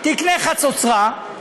תקנה חצוצרה.